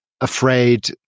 afraid